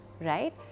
right